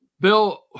Bill